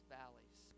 valleys